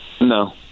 No